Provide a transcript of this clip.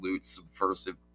subversive